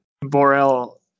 Borel